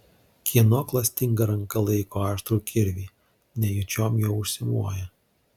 kieno klastinga ranka laiko aštrų kirvį nejučiom juo užsimoja